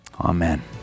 amen